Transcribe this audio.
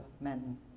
men